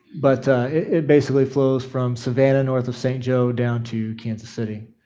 but it basically flows from savannah, north of st. joe, down to kansas city.